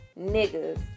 niggas